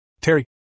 Terry